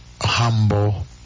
humble